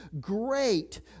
great